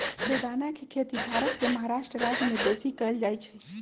बेदाना के खेती भारत के महाराष्ट्र राज्यमें बेशी कएल जाइ छइ